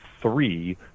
three